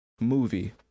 movie